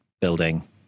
building